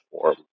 form